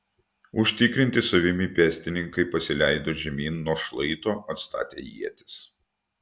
užtikrinti savimi pėstininkai pasileido žemyn nuo šlaito atstatę ietis